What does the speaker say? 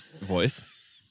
voice